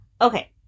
Okay